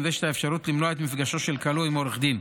נדרשת האפשרות למנוע את מפגשו של כלוא עם עורך דין.